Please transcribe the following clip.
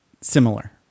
similar